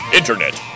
internet